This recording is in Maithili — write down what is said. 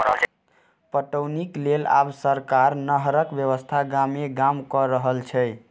पटौनीक लेल आब सरकार नहरक व्यवस्था गामे गाम क रहल छै